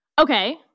Okay